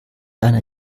einer